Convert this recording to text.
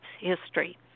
history